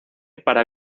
para